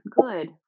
good